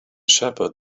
shepherd